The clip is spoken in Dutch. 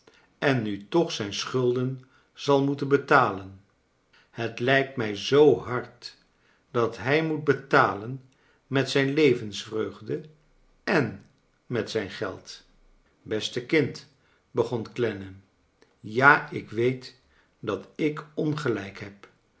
en nu toch zijn schulden zal moeten betalen het lijkt mij zoo hard dat hij moet betalen met zijn levensvreugde en met zijn geld beste kind begon clennam ja ik weet dat ik ongeiijk heb